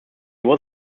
was